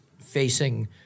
facing